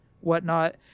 whatnot